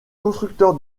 constructeur